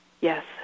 Yes